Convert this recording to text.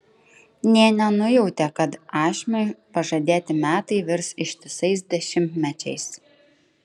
nė nenujautė kad ašmiui pažadėti metai virs ištisais dešimtmečiais